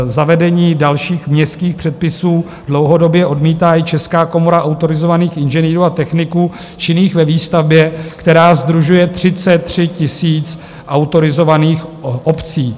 Zavedení dalších městských předpisů dlouhodobě odmítá i Česká komora autorizovaných inženýrů a techniků činných ve výstavbě, která sdružuje 33 000 autorizovaných obcí.